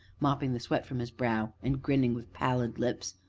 mopping the sweat from his brow and grinning with pallid lips,